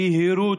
יהירות,